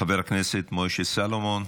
חבר הכנסת משה סלומון,